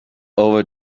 over